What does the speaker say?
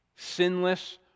sinless